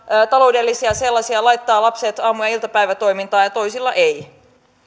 taloudellisia mahdollisuuksia laittaa lapset aamu ja iltapäivätoimintaan ja toisilla ei